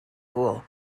pool